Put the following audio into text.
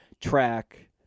track